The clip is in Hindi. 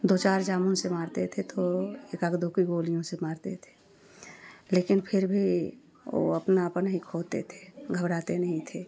दो चार जामुन से मारते थे तो एकाध दो के गोलियों से मारते थे लेकिन फिर भी वह अपना आपा नहीं खोते थे घबराते नहीं थे